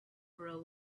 grow